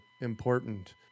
important